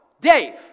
Dave